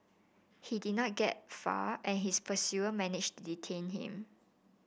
he did not get far and his pursue managed to detain him